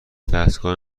دستگاه